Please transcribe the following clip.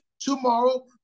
tomorrow